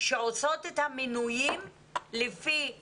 שעושות את המינויים לפי השיבוצים,